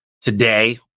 today